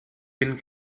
bin